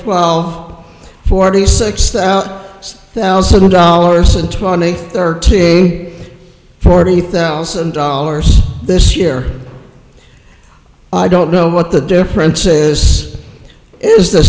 the out six thousand dollars and twenty thirty forty thousand dollars this year i don't know what the difference is is the